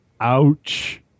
Ouch